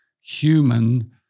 human